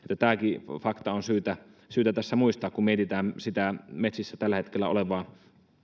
tämäkin fakta on syytä syytä tässä muistaa kun mietitään sitä metsissä tällä hetkellä olevaa